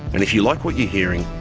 and if you like what you're hearing,